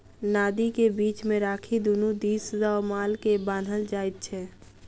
नादि के बीच मे राखि दुनू दिस सॅ माल के बान्हल जाइत छै